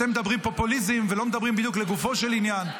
אתם מדברים פופוליזם ולא בדיוק מדברים לגופו של עניין.